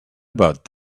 about